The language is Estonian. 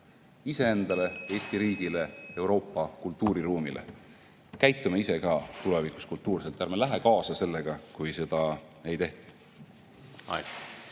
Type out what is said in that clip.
iseendale, Eesti riigile, Euroopa kultuuriruumile. Käitume ise ka tulevikus kultuurselt, ärme läheme kaasa sellega, kui seda ei tehta. Aeg!